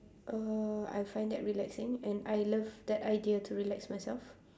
uhh I find that relaxing and I love that idea to relax myself